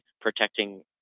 protecting